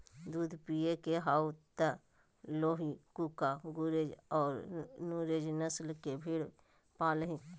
दूध पिये के हाउ त लोही, कूका, गुरेज औरो नुरेज नस्ल के भेड़ पालीहीं